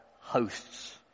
hosts